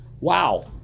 wow